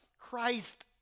Christ